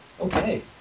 Okay